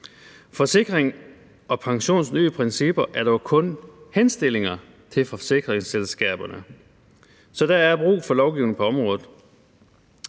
Forsikring & Pensions nye principper er dog kun henstillinger til forsikringsselskaberne, så der er brug for lovgivning på området.